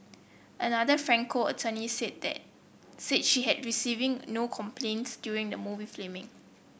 another Franco attorney said that said she had receiving no complaints during the movie filming